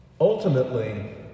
Ultimately